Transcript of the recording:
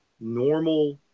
normal